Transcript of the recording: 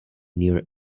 near